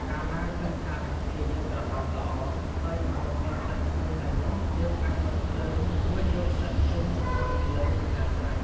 កាលណាឃើញថាបង្គាយើងក្រហមល្អ ហើយម្ហូបមានក្លិនឈ្ងុយហើយនោះ យើងអាចបិទភ្លើង រួចយកស្លឹកខ្ទឹមមករោយពីលើជាការស្រេច។